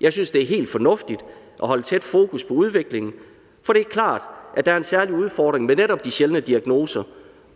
Jeg synes, det er helt fornuftigt at have fokus på udvikling, for det er klart, at der er en særlig udfordring ved netop de sjældne diagnoser,